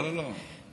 לא, לא, לא.